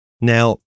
Now